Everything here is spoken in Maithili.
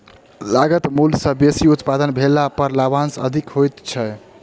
लागत मूल्य सॅ बेसी उत्पादन भेला पर लाभांश अधिक होइत छै